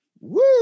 Woo